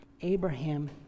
Abraham